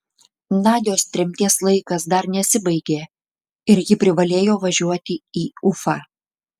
nadios tremties laikas dar nesibaigė ir ji privalėjo važiuoti į ufą